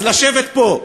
אז לשבת פה,